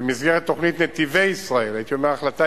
במסגרת תוכנית "נתיבי ישראל" הייתי אומר החלטה